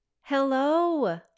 Hello